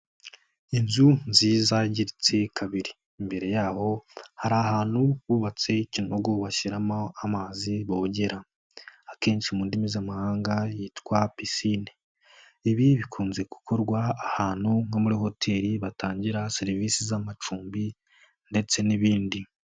Inzu nziza yangiritse kabiri, imbere yaho hari ahantu hubatse ikinogo bashyiramo amazi bogera ,akenshi mu ndimi z'amahanga yitwa pisine, ibi bikunze gukorwa ahantu nko muri hoteli batangira serivisi z'amacumbi ndetse n'ibindi.